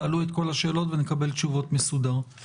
תעלו את כל השאלות ונקבל תשובות מסודר.